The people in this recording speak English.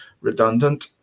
redundant